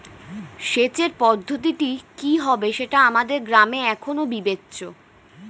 সেচের পদ্ধতিটি কি হবে সেটা আমাদের গ্রামে এখনো বিবেচ্য